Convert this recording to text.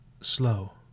slow